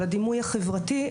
על הדימוי החברתי,